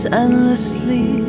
endlessly